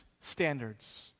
standards